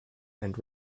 and